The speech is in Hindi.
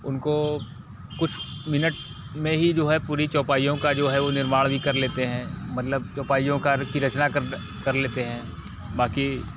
उनको कुछ मिनट में ही जो है पूरी चौपाईयों का जो है वो निर्माण भी कर लेते हैं मतलब चौपाईयों का की रचना कर कर लेते हैं बाकी